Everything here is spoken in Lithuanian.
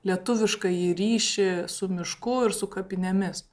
lietuviškąjį ryšį su mišku ir su kapinėmis